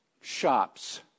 Shops